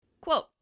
Quote